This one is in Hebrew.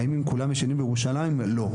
האם הם כולם ישנים בירושלים, לא.